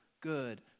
good